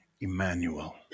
Emmanuel